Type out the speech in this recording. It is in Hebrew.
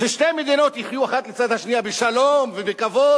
ששתי מדינות יחיו אחת לצד השנייה בשלום ובכבוד.